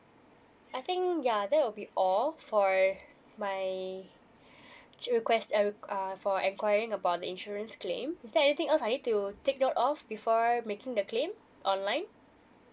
I think ya that will be all for my requests uh for enquiring about the insurance claim is there anything else I need to take note of before making the claim online